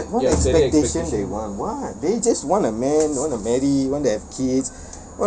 what what expectation they want what they just want a man they want to marry want to have kids